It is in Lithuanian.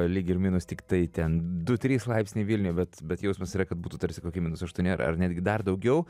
lyg ir minus tiktai ten du trys laipsniai vilniuj bet bet jausmas yra kad būtų tarsi kokie minus aštuoni ar netgi dar daugiau